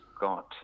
got